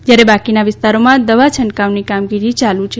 જ્યારે બાકીના વિસ્તારોમાં દવા છંટકાવની કામગીરી ચાલુ છે